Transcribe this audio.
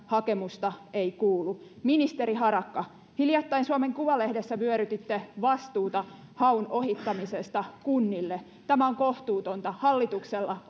hakemusta ei kuulu ministeri harakka hiljattain suomen kuvalehdessä vyörytitte vastuuta haun ohittamisesta kunnille tämä on kohtuutonta hallituksella